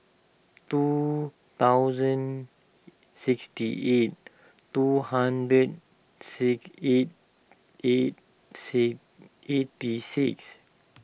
two thousand sixty eight two hundred sick eight eight C eighty six